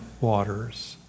waters